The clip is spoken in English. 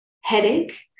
headache